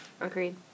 Agreed